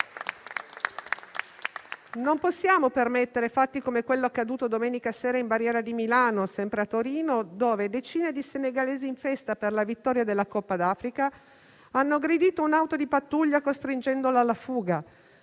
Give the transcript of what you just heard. Non possiamo permettere fatti come quello accaduto domenica sera in Barriera di Milano, sempre a Torino, dove decine di senegalesi, in festa per la vittoria della Coppa d'Africa, hanno aggredito un'auto di pattuglia, costringendola alla fuga.